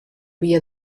via